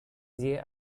siehe